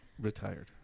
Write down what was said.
Retired